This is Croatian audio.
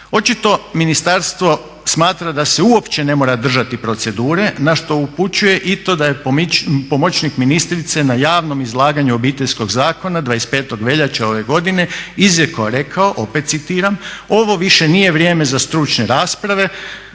Očito ministarstvo smatra da se uopće ne mora držati procedure na što upućuje i to da je pomoćnik ministrice na javnom izlaganju Obiteljskog zakona 25. veljače ove godine izrijekom rekao opet citiram: "Ovo više nije vrijeme za stručne rasprave,